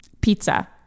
pizza